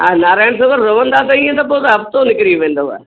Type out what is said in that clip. हा नारायण सरोवरु रहंदा त इअं पोइ त हफ़्तो निकिरी वेंदव